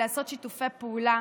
לעשות שיתופי פעולה